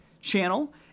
channel